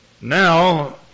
now